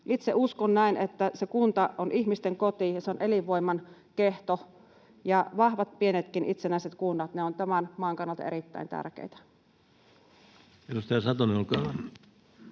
Itse uskon, että se kunta on ihmisten koti ja se on elinvoiman kehto, ja vahvat, pienetkin itsenäiset kunnat ovat tämän maan kannalta erittäin tärkeitä. [Speech